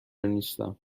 نیستم